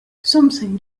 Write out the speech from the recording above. something